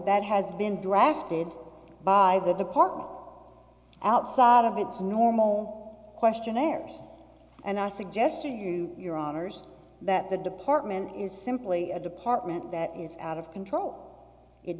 that has been drafted by the department outside of its normal questionnaires and i suggested to your honor's that the department is simply a department that is out of control it